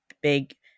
big